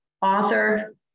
author